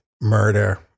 murder